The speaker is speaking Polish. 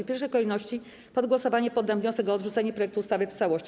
W pierwszej kolejności pod głosowanie poddam wniosek o odrzucenie projektu ustawy w całości.